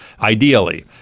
ideally